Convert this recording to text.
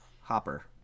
hopper